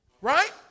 Right